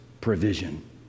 provision